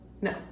No